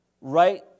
right